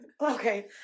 Okay